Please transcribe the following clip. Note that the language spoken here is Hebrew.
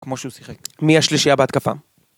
כמו שהוא שיחק מי השלישיה בהתקפה?